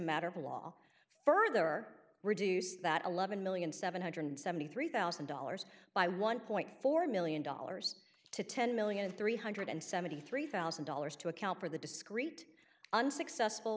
matter of law further are reduced that eleven million seven hundred seventy three thousand dollars by one point four million dollars to ten million three hundred seventy three thousand dollars to account for the discrete unsuccessful